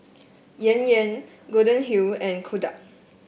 Yan Yan Golden Wheel and Kodak